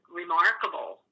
remarkable